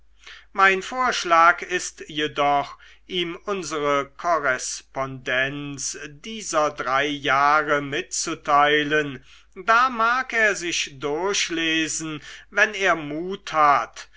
mein vorschlag ist jedoch ihm unsere korrespondenz dieser drei jahre mitzuteilen da mag er sich durchlesen wenn er mut hat